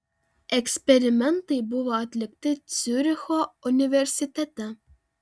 eksperimentai buvo atlikti ciuricho universitete